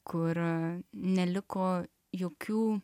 kur neliko jokių